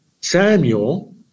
Samuel